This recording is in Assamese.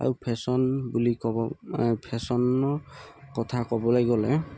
আৰু ফেশ্বন বুলি ক'ব মানে ফেশ্বনৰ কথা ক'বলৈ গ'লে